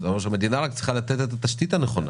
כלומר המדינה צריכה רק לתת את התשתית הנכונה